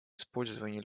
использование